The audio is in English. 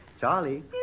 Charlie